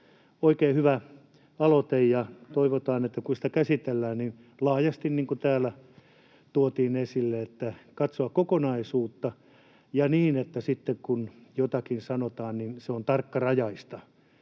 Oikein hyvä aloite. Toivotaan, että kun sitä käsitellään, niin laajasti, niin kuin täällä tuotiin esille, katsotaan kokonaisuutta ja niin, että sitten, kun jotakin sanotaan, se on tarkkarajaista,